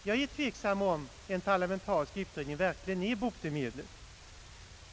Jag är tveksam om en parlamentarisk utredning verkligen är botemedlet.